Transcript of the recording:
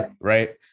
Right